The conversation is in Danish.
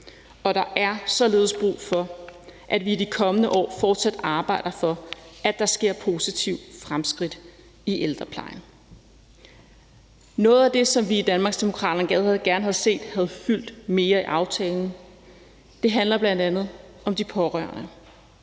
og der er således brug for, at vi de kommende år fortsat arbejder for, at der sker positive fremskridt i ældreplejen. Noget af det, som vi i Danmarksdemokraterne gerne havde set havde fyldt mere i aftalen, handler bl.a. om de pårørende